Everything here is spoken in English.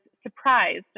surprised